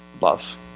love